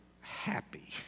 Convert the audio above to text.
happy